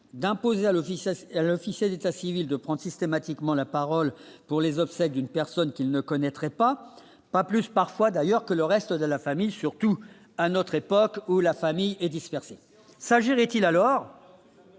l'office, l'officier d'état civil de prendre systématiquement la parole pour les obsèques d'une personne qu'ils ne connaîtraient pas, pas plus, parfois d'ailleurs que le reste de la famille, surtout à notre époque où la famille est dispersé, s'agirait-il alors.